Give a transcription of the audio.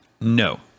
no